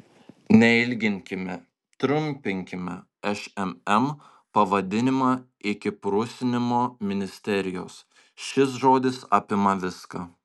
neilginkime trumpinkime šmm pavadinimą iki prusinimo ministerijos šis žodis apima viską